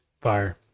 fire